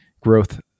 growth